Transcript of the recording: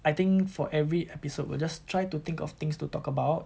I think for every episode we'll just try to think of things to talk about